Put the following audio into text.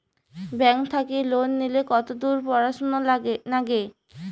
Bank থাকি loan নিলে কতদূর পড়াশুনা নাগে?